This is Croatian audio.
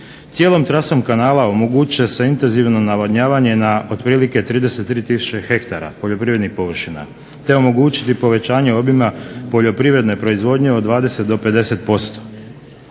Cijelom trasom kanala omogućit će se intenzivno navodnjavanje na otprilike 33 tisuće hektara poljoprivrednih površina, te omogućiti povećanje obijma poljoprivredne proizvodnje od 20 do 50%.